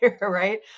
right